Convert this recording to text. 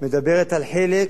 מדברת על חלק,